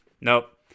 Nope